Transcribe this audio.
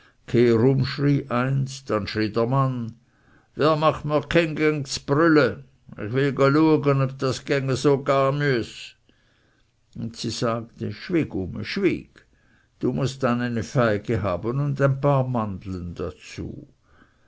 dann schrie der mann wer macht mr dking geng z'brülle ih will de luege ob das geng so gah müeß und sie sagte schwyg ume schwyg du mußt dann eine feige haben und ein paar mandlen dazu